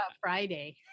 Friday